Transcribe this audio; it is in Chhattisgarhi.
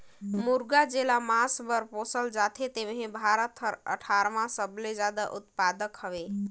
मुरगा जेला मांस बर पोसल जाथे तेम्हे भारत हर अठारहवां सबले जादा उत्पादक हवे